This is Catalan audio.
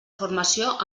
formació